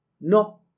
No